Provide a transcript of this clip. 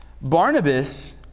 Barnabas